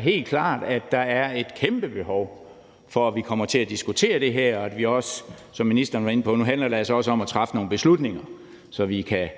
helt klart vist sig, at der er et kæmpebehov for at komme til at diskutere det her, og at det også, som ministeren var inde på, nu handler om at træffe nogle beslutninger, så vi kan